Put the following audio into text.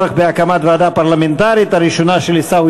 בהקמת ועדת חקירה פרלמנטרית בנושא הנשק הבלתי-חוקי